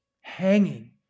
hanging